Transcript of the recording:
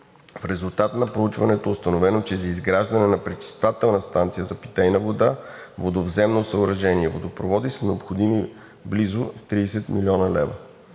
В резултат на проучването е установено, че за изграждане на пречиствателна станция за питейна вода, водовземно съоръжение и водопроводи са необходими близо 30 млн. лв.